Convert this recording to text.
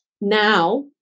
Now